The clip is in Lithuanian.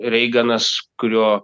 reiganas kurio